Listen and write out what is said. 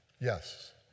Yes